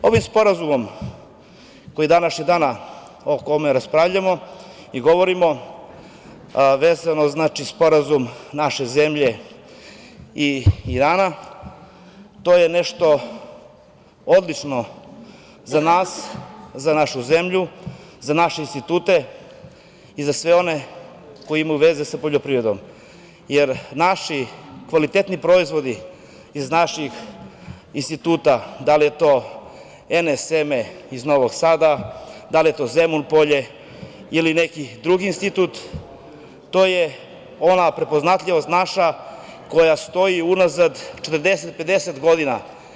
Ovim sporazumom koji današnjeg dana o kome raspravljamo i govorimo vezano sporazum naše zemlje i Irana to je nešto odlično za nas, za našu zemlju, za naše institute i za sve one koji imaju veze sa poljoprivredom, jer naši kvalitetni proizvodi iz naših instituta, da li je to NS seme iz Novog Sada, da li je to Zemun Polje, ili neki drugi institut, to je ona prepoznatljivost naša koja stoji unazad 40, 50 godina.